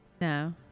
No